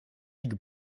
ligue